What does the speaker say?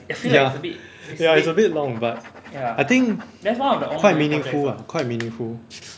ya ya it's a bit long but I think quite meaningful lah quite meaningful